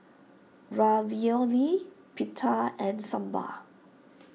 Ravioli Pita and Sambar